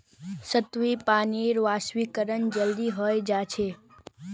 सतही पानीर वाष्पीकरण जल्दी हय जा छे